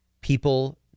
people